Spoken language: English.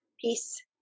peace